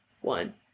one